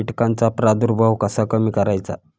कीटकांचा प्रादुर्भाव कसा कमी करायचा?